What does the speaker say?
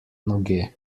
noge